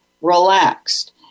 relaxed